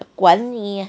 管你 eh